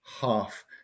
half